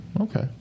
okay